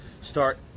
start